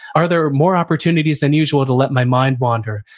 are there more opportunities than usual to let my mind wander?